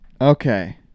Okay